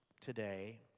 today